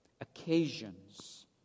occasions